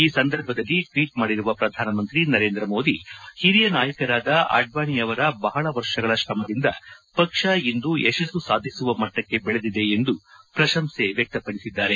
ಈ ಸಂದರ್ಭದಲ್ಲಿ ಟ್ವೀಟ್ ಮಾಡಿರುವ ಪ್ರಧಾನಿ ಮೋದಿ ಓರಿಯ ನಾಯಕರಾದ ಅಡ್ಡಾಣೆ ಅವರ ಬಹಳ ವರ್ಷಗಳ ಶ್ರಮದಿಂದ ಪಕ್ಷ ಇಂದು ಯಶಸ್ಸು ಸಾಧಿಸುವ ಮಟ್ಟಕ್ಕೆ ಬೆಳೆದಿದೆ ಎಂದು ಪ್ರಶಂಸೆ ವ್ಯಕ್ತಪಡಿಸಿದ್ದಾರೆ